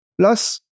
Plus